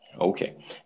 Okay